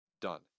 done